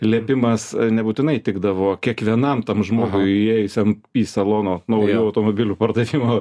liepimas nebūtinai tikdavo kiekvienam tam žmogui įėjusiam į salono naujų automobilių pardavimo